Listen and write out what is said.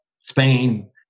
Spain